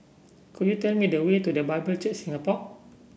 could you tell me the way to The Bible Church Singapore